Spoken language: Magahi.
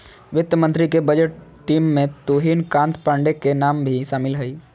वित्त मंत्री के बजट टीम में तुहिन कांत पांडे के नाम भी शामिल हइ